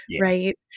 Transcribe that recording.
right